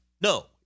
No